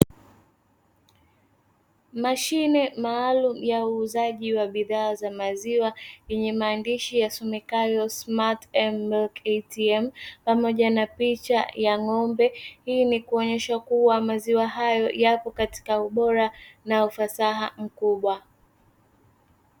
Mashine maalumu ya uuzaji wa bidhaa za maziwa, yenye maandishi yasomekayo "SMART FARM MILK ATM" pamoja na picha ya ng'ombe, hii ni kuonYeshwa kuwa, maziwa hayo yapo katika ubora na ufasaha mkubwa.